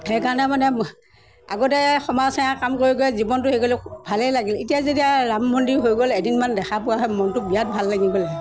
সেইকাৰণে মানে আগতে সমাজ সেৱা কাম কৰি কৰি জীৱনটো হেই কৰিলোঁ ভালেই লাগিল এতিয়া যেতিয়া ৰাম মন্দিৰ হৈ গ'ল এদিনমান দেখা পোৱা হয় মনটো বিৰাট ভাল লাগিব হ'লে